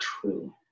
true